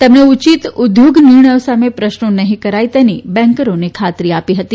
તેમણે ઉચિત ઉદ્યોગ નિર્ણયો સામે પ્રશ્નો નહી કરાય તેની બેંકરોને ખાત્રી આપી હતી